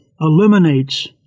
eliminates